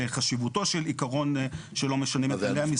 חשיבותו של עיקרון שלא משנים את כללי המשחק.